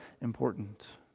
important